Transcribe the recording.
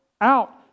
out